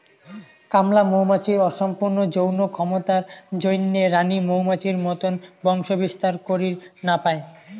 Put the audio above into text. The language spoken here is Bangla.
কামলা মৌমাছির অসম্পূর্ণ যৌন ক্ষমতার জইন্যে রাণী মৌমাছির মতন বংশবিস্তার করির না পায়